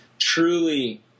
truly